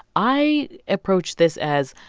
i approached this as,